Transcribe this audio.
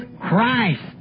Christ